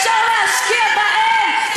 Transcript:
אפשר להשקיע בהם.